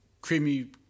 creamy